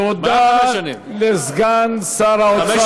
תודה לסגן שר האוצר.